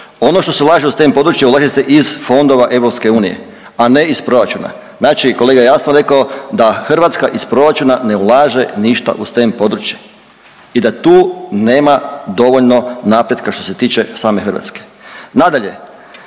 Ono što se ulaže u STEM područje ulaže se iz fondova EU, a ne iz proračuna. Znači kolega je jasno rekao da Hrvatska iz proračuna ne ulaže u STEM područje i da tu nema dovoljno napretka što se tiče same Hrvatske. Nadalje,